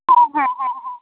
হ্যাঁ হ্যাঁ হ্যাঁ হ্যাঁ